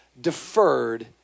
deferred